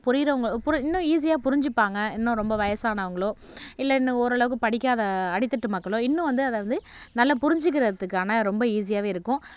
புரியறவங்க இன்னும் ஈஸியாக புரிஞ்சுப்பாங்க இன்னும் ரொம்ப வயசானவங்களோ இல்லை இன்னும் ஓரளவுக்கு படிக்காத அடித்தட்டு மக்களோ இன்னும் வந்து அதை வந்து நல்லா புரிஞ்சுக்கிறதுக்கான ரொம்ப ஈஸியாகவே இருக்கும்